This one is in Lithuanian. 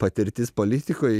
patirtis politikoj